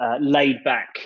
laid-back